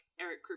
Eric